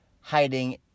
hiding